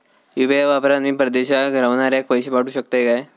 UPI वापरान मी परदेशाक रव्हनाऱ्याक पैशे पाठवु शकतय काय?